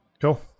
Cool